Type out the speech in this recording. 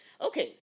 okay